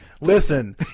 Listen